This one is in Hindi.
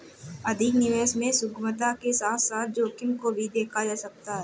अधिक निवेश में सुगमता के साथ साथ जोखिम को भी देखा जा सकता है